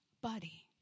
body